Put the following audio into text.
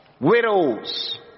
widows